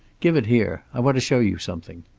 give it here. i want to show you something.